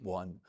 one